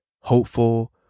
hopeful